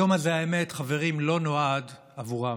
היום הזה, האמת, חברים, לא נועד עבורם,